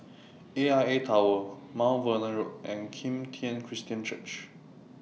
AIA Tower Mount Vernon Road and Kim Tian Christian Church